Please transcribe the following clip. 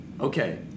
Okay